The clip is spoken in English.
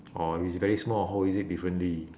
or is very small how would you use it differently